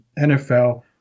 NFL